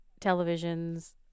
televisions